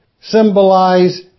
symbolize